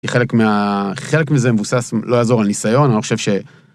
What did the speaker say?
חלק מזה מבוסס לא יעזור על ניסיון, אני לא חושב ש...